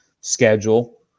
schedule